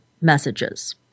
messages